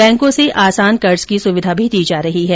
बैंकों से आसान कर्ज की सुविधा भी दी जा रही है